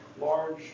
large